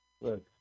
look